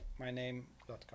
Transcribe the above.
myname.com